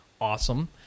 Awesome